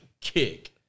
kick